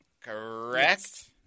Correct